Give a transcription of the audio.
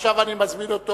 ועכשיו אני מזמין אותו.